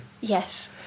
Yes